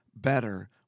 better